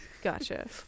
Gotcha